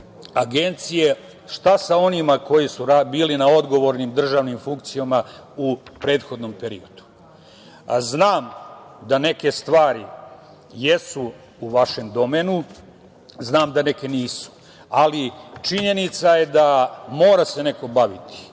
Agencije – šta je sa onima koji su bili na odgovornim državnim funkcijama u prethodnom periodu? Znam da neke stvari jesu u vašem domenu, znam da neke nisu, ali činjenica je da mora se neko baviti